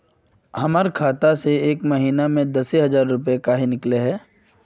हमर खाता में एक महीना में दसे हजार रुपया काहे निकले है?